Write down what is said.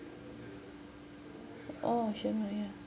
oh ocean world ya